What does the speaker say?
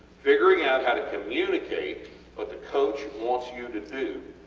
figuring out how to communicate what the coach wants you to do